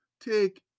Take